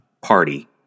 party